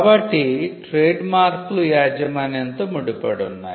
కాబట్టి ట్రేడ్మార్క్లు యాజమాన్యంతో ముడిపడి ఉన్నాయి